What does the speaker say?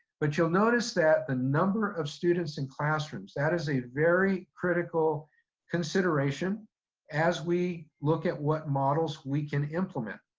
but you'll notice that the number of students in classrooms that is a very critical consideration as we look at what models we can implement.